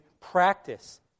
practice